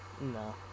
No